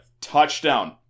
touchdown